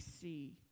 see